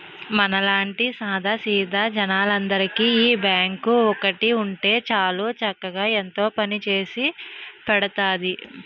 మనలాంటి సాదా సీదా జనాలందరికీ ఈ బాంకు ఒక్కటి ఉంటే చాలు చక్కగా ఎంతో పనిచేసి పెడతాంది